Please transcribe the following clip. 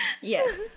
Yes